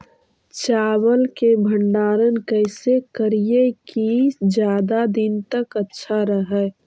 चावल के भंडारण कैसे करिये की ज्यादा दीन तक अच्छा रहै?